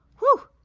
whoo!